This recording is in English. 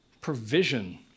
provision